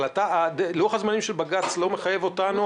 לוח הזמנים של בג"ץ לא מחייב אותנו,